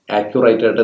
accurate